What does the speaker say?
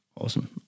awesome